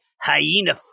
Hyena